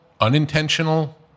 unintentional